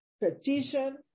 petition